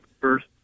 first